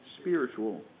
spiritual